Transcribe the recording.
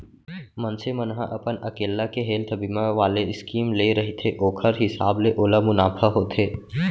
मनसे मन ह अपन अकेल्ला के हेल्थ बीमा वाले स्कीम ले रहिथे ओखर हिसाब ले ओला मुनाफा होथे